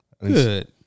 Good